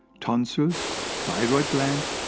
tonsils, thyroid gland,